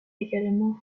également